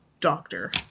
Doctor